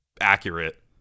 accurate